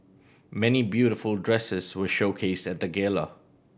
many beautiful dresses were showcased at the gala